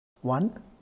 One